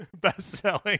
best-selling